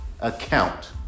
account